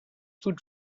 food